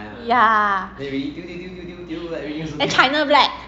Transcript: yeah and China black